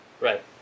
Right